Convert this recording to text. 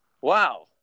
Wow